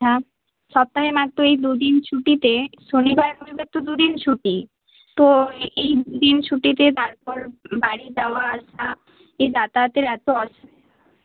হ্যাঁ সপ্তাহে মাত্র এই দু দিন ছুটিতে শনিবার রবিবার তো দু দিন ছুটি তো এই দু দিন ছুটিতে তারপর বাড়ি যাওয়া আসা এই যাতায়াতের এতো অসুবিধা